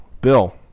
Bill